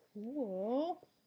Cool